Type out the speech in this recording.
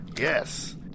Yes